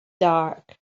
dark